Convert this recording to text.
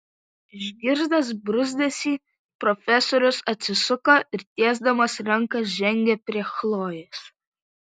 išgirdęs bruzdesį profesorius atsisuko ir tiesdamas ranką žengė prie chlojės